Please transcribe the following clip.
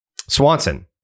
Swanson